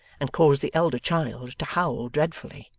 and caused the elder child to howl dreadfully.